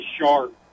sharp